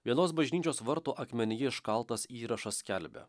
vienos bažnyčios vartų akmenyje iškaltas įrašas skelbia